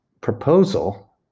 proposal